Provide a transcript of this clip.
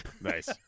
nice